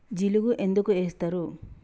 జిలుగు ఎందుకు ఏస్తరు?